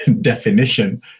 definition